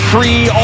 Free